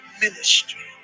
ministry